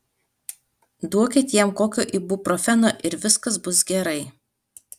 duokit jam kokio ibuprofeno ir viskas bus gerai